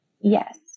Yes